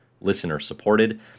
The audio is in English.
listener-supported